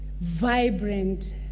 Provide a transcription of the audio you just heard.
vibrant